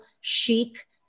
chic